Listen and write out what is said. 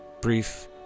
brief